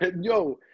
Yo